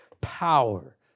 power